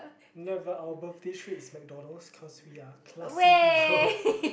never our birthday treat is McDonald's because we are classy people